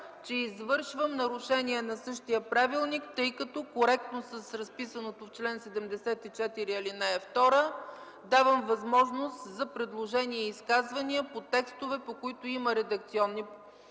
че извършвам нарушение на същия правилник, тъй като коректно с разписаното в чл. 74, ал. 2 давам възможност за предложения и изказвания по текстове, по които има редакционни варианти